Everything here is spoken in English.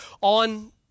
On